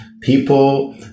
People